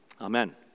Amen